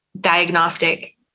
diagnostic